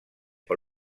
per